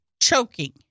choking